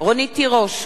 רונית תירוש,